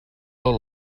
tot